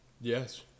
Yes